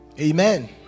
amen